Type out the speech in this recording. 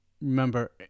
remember